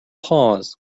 pause